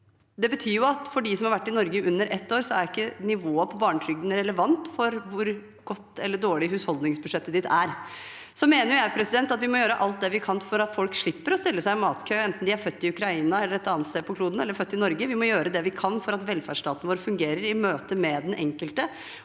Det betyr at for dem som har vært i Norge i under ett år, er ikke nivået på barnetrygden relevant for hvor godt eller dårlig husholdningsbudsjettet ditt er. Så mener jeg vi må gjøre alt vi kan for at folk skal slippe å stille seg i matkø, enten de er født i Ukraina, et annet sted på kloden eller i Norge. Vi må gjøre det vi kan for at velferdsstaten vår skal fungere i møte med den enkelte.